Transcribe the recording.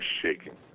shaking